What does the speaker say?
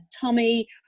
tummy